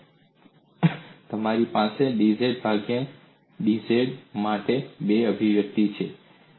તો હવે મારી પાસે dz ભાગ્યા dz માટે બે અભિવ્યક્તિઓ છે